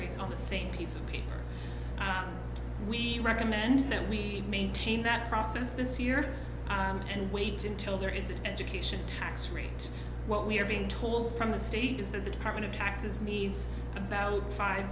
rates on the same piece of paper we recommend that we maintain that process this year and wait until there is an education tax rate what we're being told from the state is that the department of taxes needs about five